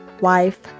wife